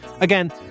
Again